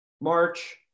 March